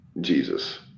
Jesus